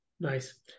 Nice